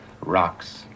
Rocks